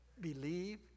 Believe